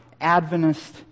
Adventist